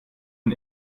von